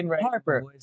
Harper